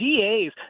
DAs